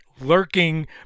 lurking